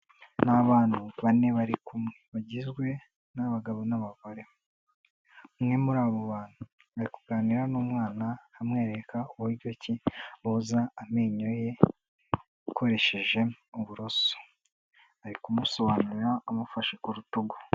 N'abantu bane bari kumwe bagizwe n'abagabo n'abagore, umwe muri abo bantu mu kuganira n'umwana amwereka uburyo woza amenyo ye akoresheje uburoso. Ari kumusobanura amufashe ku rutugu.